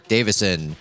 Davison